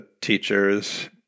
teachers